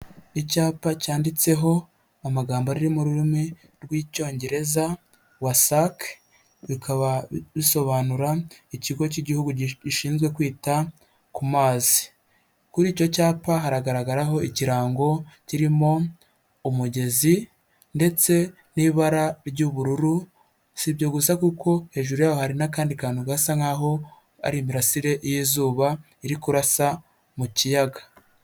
Icyapa cyanditseho amagambo ari mu rurimi rw'icyongereza WASAC, bikaba bisobanura ikigo cy'igihugu gishinzwe kwita ku mazi, kuri icyo cyapa haragaragaraho ikirango kirimo umugezi ndetse n'ibara ry'ubururu, si ibyo gusa kuko hejuru yaho hari n'akandi kantu gasa nkaho ari imirasire y'izuba iri kurasa mu kiyaga,